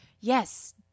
Yes